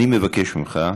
אני מבקש ממך,